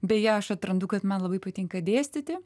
beje aš atrandu kad man labai patinka dėstyti